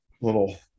little